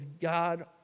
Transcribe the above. God